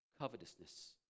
covetousness